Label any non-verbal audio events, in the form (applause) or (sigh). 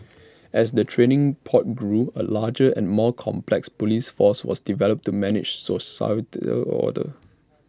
(noise) as the training port grew A larger and more complex Police force was developed to manage societal order